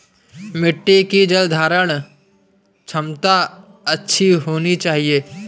मिट्टी की जलधारण क्षमता अच्छी होनी चाहिए